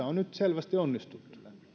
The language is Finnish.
on nyt selvästi onnistuttu